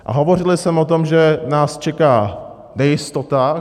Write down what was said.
A hovořil jsem o tom, že nás čeká nejistota.